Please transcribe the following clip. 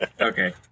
Okay